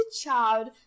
child